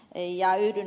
yhdyn ed